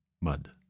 Mud